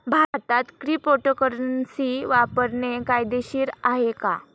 भारतात क्रिप्टोकरन्सी वापरणे कायदेशीर आहे का?